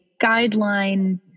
guideline